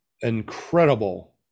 incredible